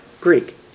Greek